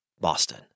Boston